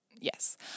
Yes